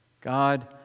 God